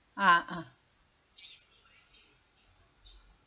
ah ah